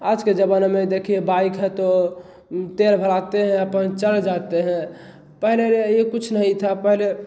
आज के ज़माने में देखिए बाइक है तो तेल भराते हैं अपन चल जाते हैं पहले ये कुछ नहीं था पहले